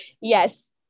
yes